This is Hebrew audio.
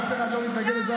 אף אחד לא מתנגד לזה,